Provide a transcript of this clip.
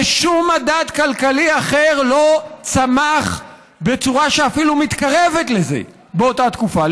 ושום מדד כלכלי אחר לא צמח בצורה שאפילו מתקרבת לזה באותה תקופה,